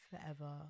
Forever